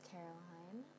Caroline